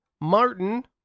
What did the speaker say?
Martin